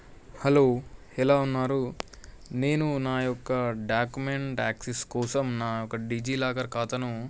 hello ఎలా ఉన్నారు నేను నాయొక్క డ్యాకుమెంట్ యాక్సెస్ కోసం నా ఒక డిజీలాకర్ ఖాతాను